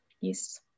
Yes